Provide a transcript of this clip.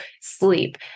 sleep